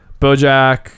Bojack